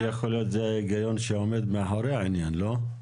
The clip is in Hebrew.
יכול להיות שזה ההיגיון שעומד מאחורי העניין, לא?